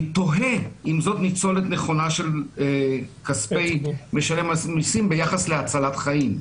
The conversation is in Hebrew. אני תוהה אם זאת ניצולת נכונה של כספי משלם המיסים ביחס להצלת חיים,